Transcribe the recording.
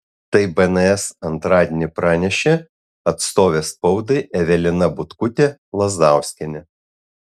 tai bns antradienį pranešė atstovė spaudai evelina butkutė lazdauskienė